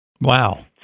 wow